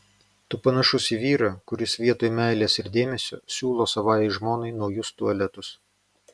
tu panašus į vyrą kuris vietoj meilės ir dėmesio siūlo savajai žmonai naujus tualetus